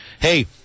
hey